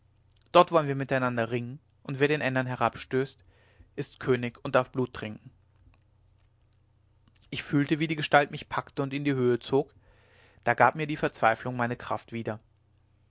dort wollen wir ringen miteinander und wer den ändern herabstößt ist könig und darf blut trinken ich fühlte wie die gestalt mich packte und in die höhe zog da gab mir die verzweiflung meine kraft wieder